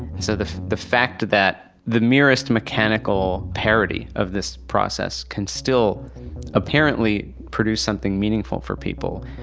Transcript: so the the fact that the merest mechanical parody of this process can still apparently produce something meaningful for people,